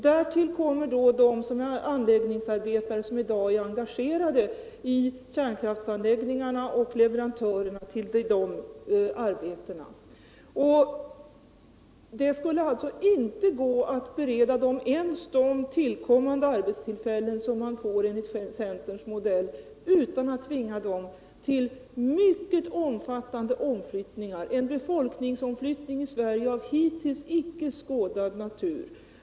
Därtill kommer arbetstillfällena för de anläggningsarbetare som i dag är engagerade i kärnkraftsanläggningarna liksom de arbetstillfällen som finns hos leverantörerna till dessa anläggningar. Det skulle alltså inte ens gå att bereda de människor det här gäller de arbetstillfällen man får enligt centerns modell utan att tvinga dem till mycket omfattande omflyttningar. Det skulle bli en befolkningsomflyttning i Sverige av hittills icke skådad natur.